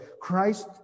Christ